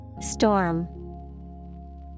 Storm